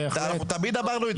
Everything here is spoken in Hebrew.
אנחנו תמיד אמרנו את זה.